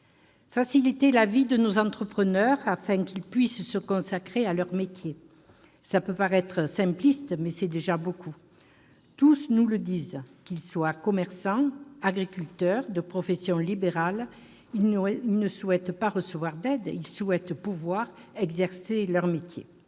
Faciliter la vie de nos entrepreneurs afin qu'ils puissent se consacrer à leur métier peut paraître simpliste, mais c'est déjà beaucoup. Tous nous le disent, qu'ils soient commerçants, agriculteurs ou professions libérales, ils ne souhaitent pas recevoir d'aides : ils veulent pouvoir exercer leur métier.